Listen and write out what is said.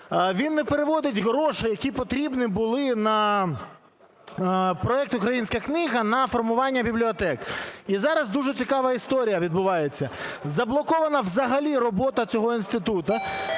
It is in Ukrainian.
він не переводить гроші, які потрібні були на проект "Українська книга" на формування бібліотек. І зараз дуже цікава історія відбувається. Заблокована взагалі робота цього інституту,